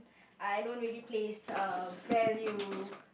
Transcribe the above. I don't really place uh value